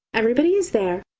everybody is there,